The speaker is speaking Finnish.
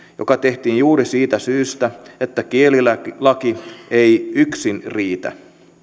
joka tehtiin juuri siitä syystä että kielilaki ei yksin riitä